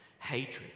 Hatred